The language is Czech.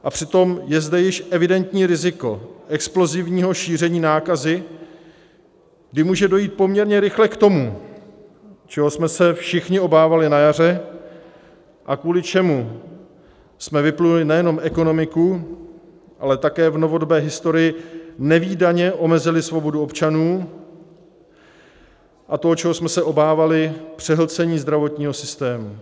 A přitom je zde již evidentní riziko explozivního šíření nákazy, kdy může dojít poměrně rychle k tomu, čeho jsme se všichni obávali na jaře a kvůli čemu jsme vypnuli nejenom ekonomiku, ale také v novodobé historii nevídaně omezili svobodu občanů a to, čeho jsme se obávali, přehlcení zdravotního systému.